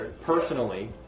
personally